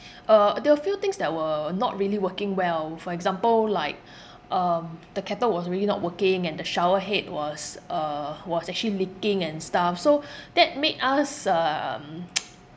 uh there were few things that were not really working well for example like um the kettle was really not working and the shower head was uh was actually leaking and stuff so that made us um